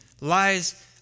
lies